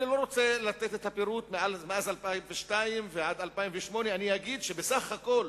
אני לא רוצה לתת את הפירוט מאז 2002 ועד 2008. אגיד שבסך הכול